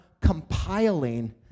compiling